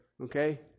okay